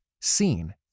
seen